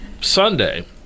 Sunday